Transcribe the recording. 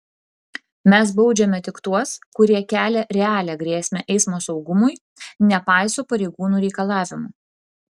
mes baudžiame tik tuos kurie kelia realią grėsmę eismo saugumui nepaiso pareigūnų reikalavimų